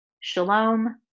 shalom